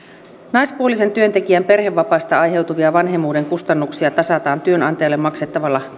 naispuolisen työntekijän perhevapaista aiheutuvia vanhemmuuden kustannuksia tasataan työnantajalle maksettavalla